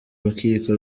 rukiko